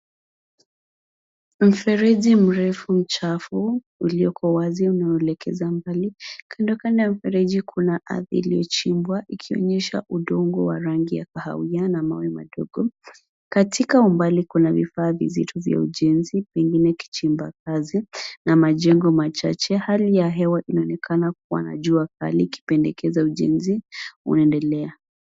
Mfereji mrefu mchafu ulioko wazi unaelekeza mbali. Kandokando ya mfereji kuna ardhi iliyochimbwa ikionyesha udongo wa rangi ya kahawia na mawe madogo. Katika umbali kuna vifaa vya vizito vya ujenzi vingine kichimba kazi na majengo machache. Hali ya hewa inaonekana kuwa na jua kali ikipendekeza ujenzi unaendelea.